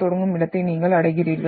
தொடங்கும் இடத்தை நீங்கள் அடைகிறீர்கள்